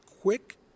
quick